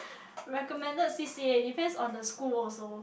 recommended C_C_A depends on the school also